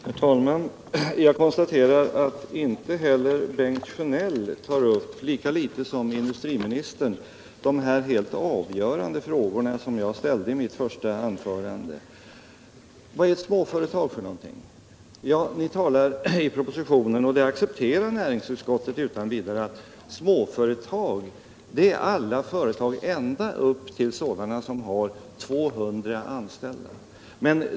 Herr talman! Jag konstaterar att Bengt Sjönell lika litet som industriministern har tagit upp de helt avgörande frågor som jag ställde i mitt första anförande. Vad är småföretag för något? I propositionen talas det om — och det accepterar näringsutskottet utan vidare — att småföretag är alla företag som har upp till 200 anställda.